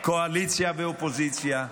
קואליציה ואופוזיציה.